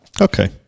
Okay